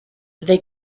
they